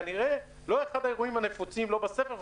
כנראה לא אחד הדברים הנפוצים לא בספר,